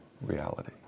reality